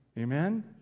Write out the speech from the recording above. Amen